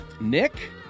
nick